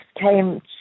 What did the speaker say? came